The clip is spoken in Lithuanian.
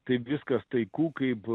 taip viskas taiku kaip